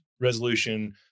resolution